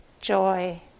joy